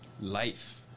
life